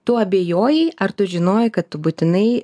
tu abejojai ar tu žinojai kad tu būtinai